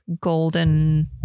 golden